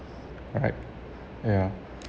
alright ya